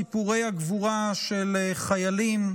סיפורי הגבורה של חיילים,